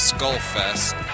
Skullfest